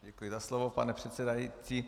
Děkuji za slovo, pane předsedající.